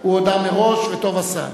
הוא הודה מראש, וטוב עשה.